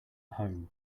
home